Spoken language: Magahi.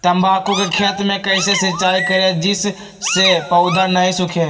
तम्बाकू के खेत मे कैसे सिंचाई करें जिस से पौधा नहीं सूखे?